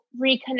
reconnect